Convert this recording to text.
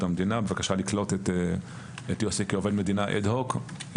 המדינה בבקשה לקלוט את יוסי כעובד מדינה אד הוק.